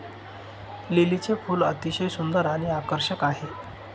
लिलीचे फूल अतिशय सुंदर आणि आकर्षक आहे